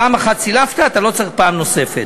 פעם אחת סילפת, אתה לא צריך פעם נוספת.